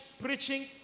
preaching